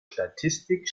statistik